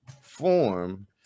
form